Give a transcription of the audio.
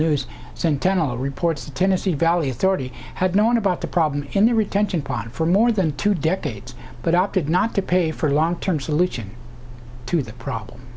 news sentinel reports the tennessee valley authority had known about the problem in a retention pond for more than two decades but opted not to pay for long term solution to the problem